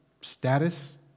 status